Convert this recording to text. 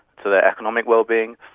to their economic well-being,